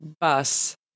Bus